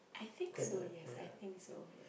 I think so yes I think so yes